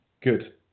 Good